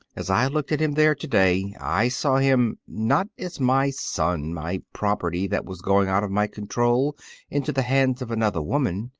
as i looked at him there to-day i saw him, not as my son, my property that was going out of my control into the hands of another woman,